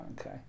Okay